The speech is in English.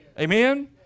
Amen